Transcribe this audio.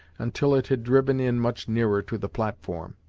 until it had driven in much nearer to the platform.